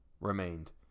remained